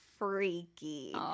Freaky